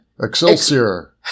Excelsior